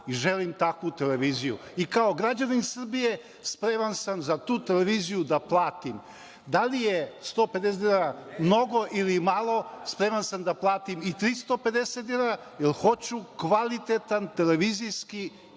Želim takvu televiziju i kao građanin Srbije spreman sam za tu televiziju da platim. Da li je 150 dinara mnogo ili malo? Spreman sam da platim i 350 dinara, jer hoću kvalitetan televizijski program